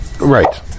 Right